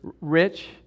rich